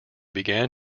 began